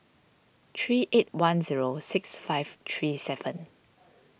three eight one zero six five three seven